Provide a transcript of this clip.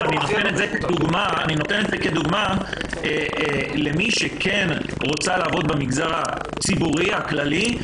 אני מציג את זה כדוגמה למי שכן רוצה לעבוד במגזר הציבורי הכללי.